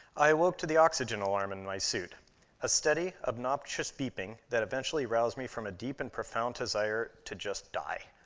i awoke to the oxygen alarm in my suit a steady, obnoxious beeping that eventually roused me from a deep and profound desire to just die.